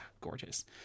Gorgeous